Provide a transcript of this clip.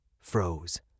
froze